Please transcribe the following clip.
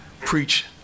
preach